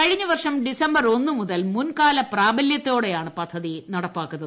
കഴിഞ്ഞവർഷം ഡിസംബർ ഒന്ന് മുതൽ മുൻകാല പ്രാബല്യത്തോടെയാണ് പദ്ധതി നട്ടപ്പാക്കുന്നത്